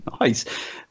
nice